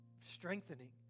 strengthening